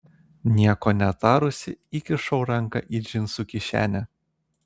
nieko netarusi įkišau ranką į džinsų kišenę